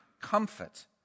comfort